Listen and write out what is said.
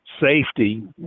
safety